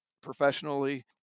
professionally